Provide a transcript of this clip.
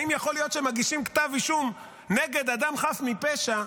האם יכול להיות שמגישים כתב אישום נגד אדם חף מפשע,